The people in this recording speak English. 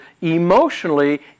emotionally